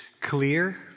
clear